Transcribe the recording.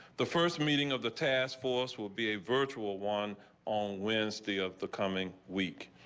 the first meeting of the task force will be a virtual one all wins the of the coming week.